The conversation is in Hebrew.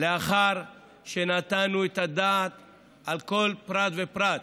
לאחר שנתנו את הדעת על כל פרט ופרט.